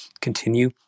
continue